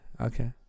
Okay